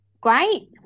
Great